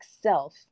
self